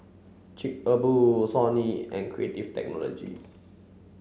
Chic A Boo Sony and Creative Technology